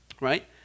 right